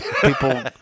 People